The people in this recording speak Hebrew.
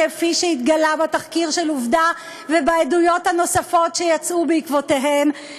כפי שהתגלה בתחקיר של "עובדה" ובעדויות הנוספות שיצאו בעקבותיהן,